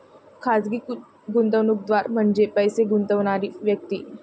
खाजगी गुंतवणूकदार म्हणजे पैसे गुंतवणारी व्यक्ती